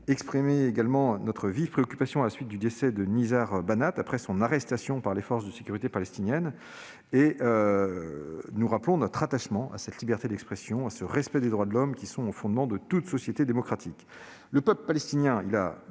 exprimé notre vive préoccupation à la suite du décès de Nizar Banat après son arrestation par les forces de sécurité palestiniennes. Nous rappelons notre attachement au respect de la liberté d'expression et des droits de l'homme, fondement de toute société démocratique.